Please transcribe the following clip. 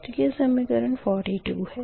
तो यह समीकरण 42 है